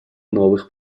новых